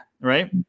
right